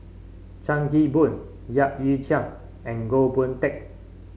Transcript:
Chan Kim Boon Yap Ee Chian and Goh Boon Teck